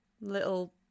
little